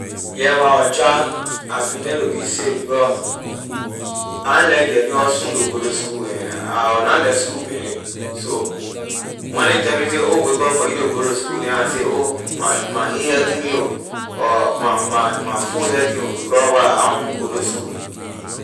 Yeah when I child I pretend to be sick because I na like getting up soon to go to school and I was na like school business so when ley tell me say oh wake up for you to go to school then I say oh my my hay hurting me ho or my my my foot hurting ho because what I na want go to school.